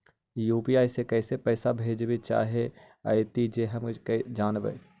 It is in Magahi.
यु.पी.आई से कैसे पैसा भेजबय चाहें अइतय जे हम जानबय?